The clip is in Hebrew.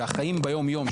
שהחיים ביום יום,